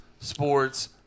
sports